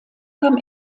kam